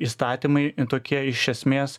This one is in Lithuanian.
įstatymai tokie iš esmės